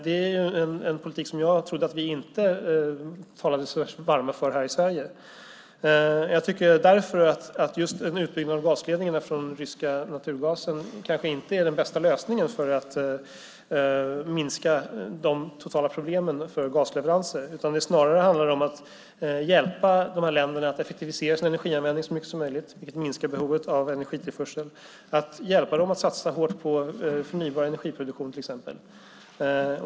Det är en politik som jag har trott att vi inte talade oss varma för här i Sverige. En utbyggnad av gasledningarna för den ryska naturgasen är därför kanske inte den bästa lösningen för att minska problemen med gasleveranser. Det handlar snarare om att hjälpa de länderna att effektivisera sin energianvändning så mycket som möjligt, vilket minskar behovet av energitillförsel, och hjälpa dem att satsa hårt på förnybar energiproduktion till exempel.